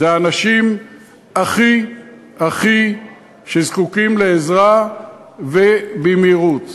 האנשים שהכי הכי זקוקים לעזרה ובמהירות,